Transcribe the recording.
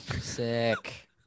Sick